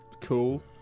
Cool